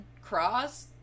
Cross